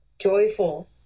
joyful